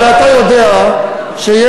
הרי אתה יודע שיש,